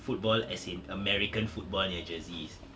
football as in american football punya jerseys